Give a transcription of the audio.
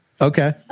okay